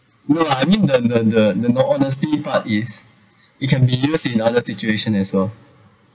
no I mean the the the the honesty part is it can be used in other situation as well